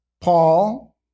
Paul